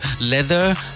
leather